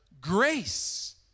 grace